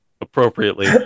appropriately